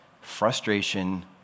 frustration